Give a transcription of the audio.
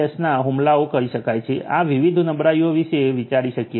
ના હુમલાઓ કરી શકાય છે તેવા વિવિધ નબળાઈઓ વિશે વિચારી શકીએ છીએ